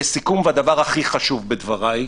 לסיכום, הדבר הכי חשוב בדבריי,